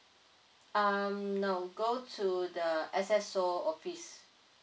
um no go to the S_S_O office